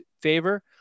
favor